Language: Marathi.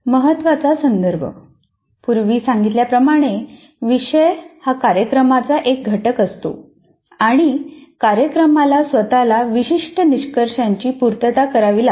महत्त्वाचा संदर्भः पूर्वी सांगितल्याप्रमाणे विषय हा कार्यक्रमाचा एक घटक असतो आणि कार्यक्रमाला स्वतःला विशिष्ट निष्कर्षांची पूर्तता करावी लागते